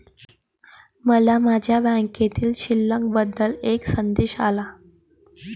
मला माझ्या बँकेतील शिल्लक बद्दल एक संदेश आला